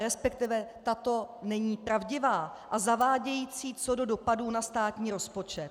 Respektive tato není pravdivá a je zavádějící co do dopadů na státní rozpočet.